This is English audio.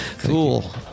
Cool